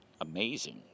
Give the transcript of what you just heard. amazing